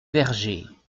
vergers